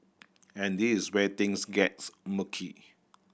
and this is where things gets murky